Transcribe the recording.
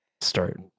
start